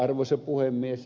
arvoisa puhemies